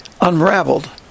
unraveled